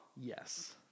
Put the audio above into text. Yes